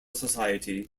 society